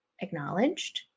acknowledged